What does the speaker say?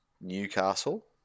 Newcastle